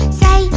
say